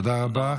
תודה רבה.